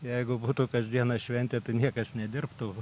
jeigu būtų kasdieną šventė niekas nedirbtų